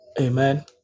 amen